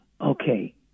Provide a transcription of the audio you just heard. Okay